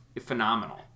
phenomenal